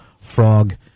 Frog